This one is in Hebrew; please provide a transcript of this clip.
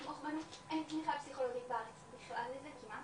אין תמיכה פסיכולוגית בארץ בכלל לזה, כמעט.